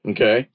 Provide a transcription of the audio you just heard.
Okay